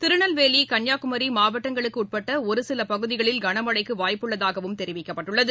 திருநெல்வேலி கன்னியாகுமரி மாவட்டங்களுக்குட்பட்ட ஒருசில பகுதிகளில் கனமழைக்கு வாய்ப்புள்ளதாகவம் தெரிவிக்கப்பட்டுள்ளது